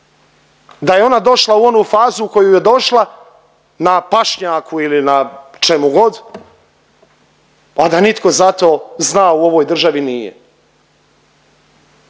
da je ona došla u onu fazu u koju je došla na pašnjaku ili na čemu god, a da nitko za to znao u ovoj državi nije?